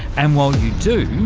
and while you do,